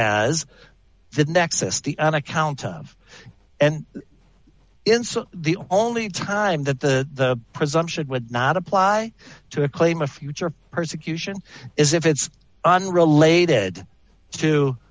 as the nexus the on account of and the only time that the presumption would not apply to a claim of future persecution is if it's unrelated to